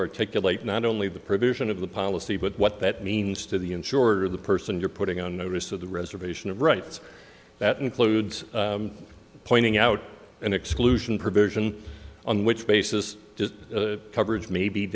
articulate not only the provision of the policy but what that means to the insurer the person you're putting on notice of the reservation of rights that includes pointing out an exclusion provision on which basis coverage may be